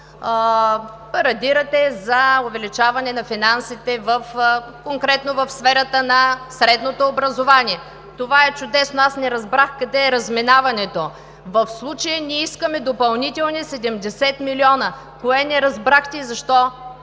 парадирате, за увеличаване на финансите конкретно в сферата на средното образование. Това е чудесно! Аз не разбрах къде е разминаването. В случая ние искаме допълнителни 70 млн. лв. Кое не разбрахте?